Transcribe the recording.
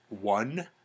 One